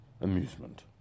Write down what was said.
amusement